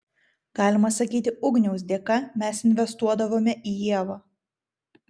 galima sakyti ugniaus dėka mes investuodavome į ievą